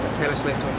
taylor swift